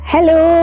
Hello